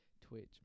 Twitch